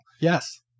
Yes